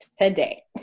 today